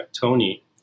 Tony